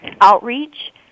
outreach